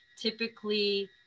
typically